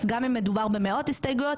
מעבר לתקציב.